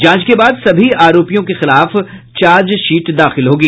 जांच के बाद सभी आरोपियों के खिलाफ चार्जशीट दाखिल होगी